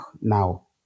now